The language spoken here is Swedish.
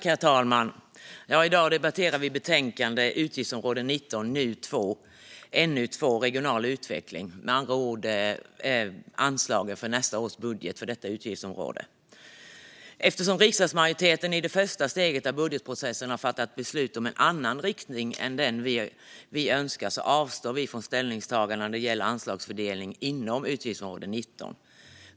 Herr talman! I dag debatterar vi betänkande NU2 Utgiftsområde 19 Regional utveckling , med andra ord anslagen i nästa års budget för detta utgiftsområde. Eftersom riksdagsmajoriteten i det första steget av budgetprocessen har fattat beslut om en annan inriktning än den vi önskar avstår vi från ställningstagande när det gäller anslagsfördelningen inom utgiftsområde 19.